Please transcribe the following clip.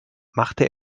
machte